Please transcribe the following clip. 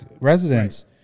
residents